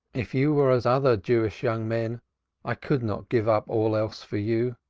if you were as other jewish young men i could not give up all else for you.